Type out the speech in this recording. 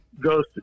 goes